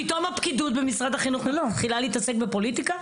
פתאום הפקידות במשרד החינוך לא מתחילה להתעסק בפוליטיקה?